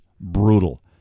brutal